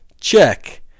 Check